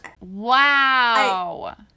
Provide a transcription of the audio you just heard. Wow